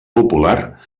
popular